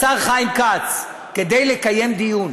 השר חיים כץ, כדי לקיים דיון